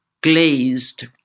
glazed